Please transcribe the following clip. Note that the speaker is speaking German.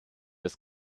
des